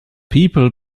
people